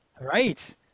Right